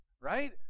Right